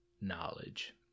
knowledge